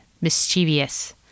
mischievous